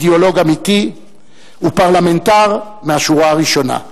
אידיאולוג אמיתי ופרלמנטר מהשורה הראשונה.